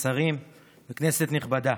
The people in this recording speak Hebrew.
השרים וכנסת נכבדה,